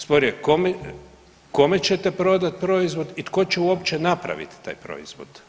Spor je kome čete prodati proizvod i tko će uopće napravit taj proizvod.